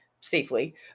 safely